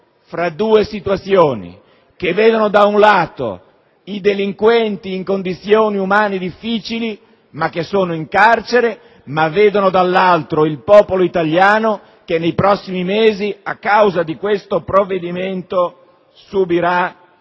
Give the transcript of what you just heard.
fra due situazioni che vedono, da un lato, i delinquenti in condizioni umane difficili ma che sono in carcere e, dall'altro, il popolo italiano che nei prossimi mesi, a causa di questo provvedimento, subirà certamente